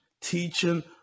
teaching